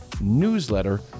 newsletter